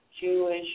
Jewish